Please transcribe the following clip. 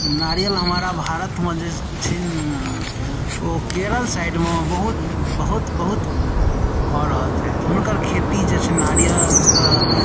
नारियल हमरा भारतमे जे छै ने ओ केरल साइडमे बहुत बहुत बहुत भऽ रहल छथि हुनकर खेती जे छै नारियलके